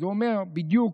אז הוא אומר: בדיוק.